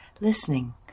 listening